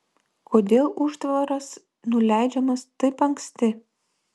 kodėl užtvaras nuleidžiamas taip anksti